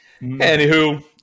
Anywho